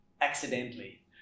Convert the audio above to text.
accidentally